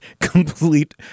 complete